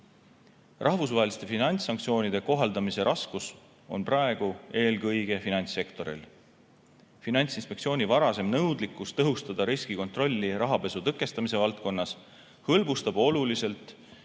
Rahvusvaheliste finantssanktsioonide kohaldamise raskus on praegu eelkõige finantssektoril. Finantsinspektsiooni varasem nõudlikkus tõhustada riskikontrolli rahapesu tõkestamise valdkonnas hõlbustab oluliselt